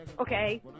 Okay